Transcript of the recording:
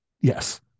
Yes